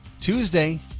Tuesday